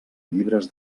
llibres